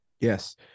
Yes